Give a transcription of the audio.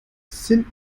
sind